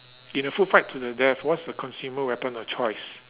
in a food fight to the death what's the consumer weapon of choice